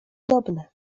dobne